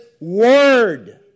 Word